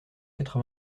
quatre